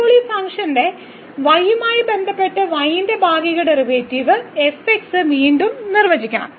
ഇപ്പോൾ ഈ ഫംഗ്ഷന്റെ y യുമായി ബന്ധപ്പെട്ട് y ന്റെ ഭാഗിക ഡെറിവേറ്റീവ് f x വീണ്ടും നിർവചനം